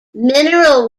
mineral